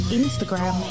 instagram